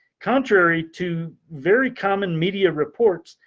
contrary to very common media reports,